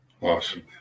Awesome